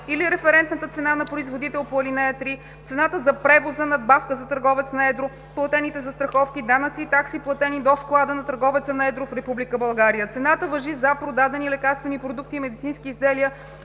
или референтната цена на производител, по ал. 3, цената за превоза, надбавка за търговец на едро, платените застраховки, данъци и такси платени до склада на търговеца на едро в Република България. Цената важи за продадени лекарствени продукти и медицински изделия